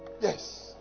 Yes